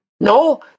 No